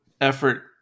effort